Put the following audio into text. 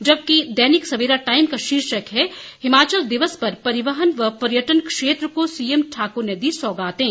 जबकि दैनिक सवेरा टाइम्स का शीर्षक है हिमाचल दिवस पर परिवहन व पर्यटन क्षेत्र को सीएम ठाक्र ने दी सौंगातें